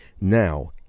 Now